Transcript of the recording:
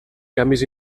canvis